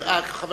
חבר